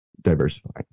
diversifying